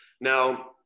Now